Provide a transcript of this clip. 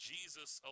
Jesus